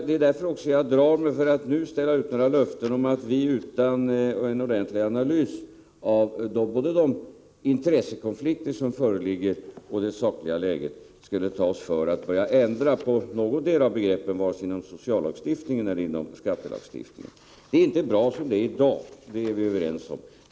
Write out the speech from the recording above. Det är också därför jag drar mig för att nu ställa ut några löften som innebär att vi, utan en ordentlig analys både av de intressekonflikter som föreligger och av det sakliga läget, skulle ta oss för att börja ändra på någotdera av begreppen, vare sig de hänför sig till sociallagstiftningen eller till skattelagstiftningen. Det är inte bra som det är i dag — det är vi överens om.